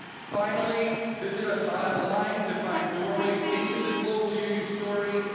finally, visit us online to find doorways into the global u u story,